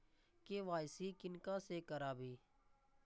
KYC किनका से कराबी?